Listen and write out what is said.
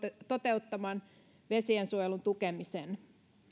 toteuttaman vesiensuojelun tukemisen